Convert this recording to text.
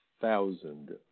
thousand